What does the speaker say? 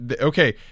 okay